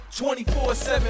24-7